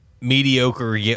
mediocre